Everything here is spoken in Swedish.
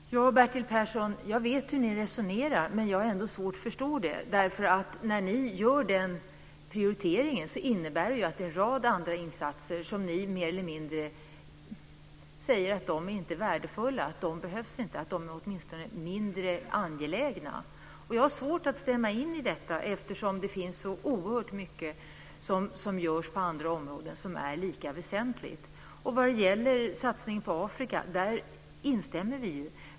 Fru talman! Ja, Bertil Persson, jag vet hur ni resonerar men jag har ändå svårt att förstå det. När ni gör den prioriteringen innebär det att ni säger att en rad andra insatser mer eller mindre inte är värdefulla eller inte behövs - eller åtminstone är mindre angelägna. Jag har svårt att stämma in i detta eftersom det är så oerhört mycket som görs på andra områden och som är lika väsentligt. Vi instämmer när det gäller satsningen på Afrika.